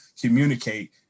communicate